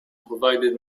provided